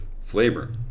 flavor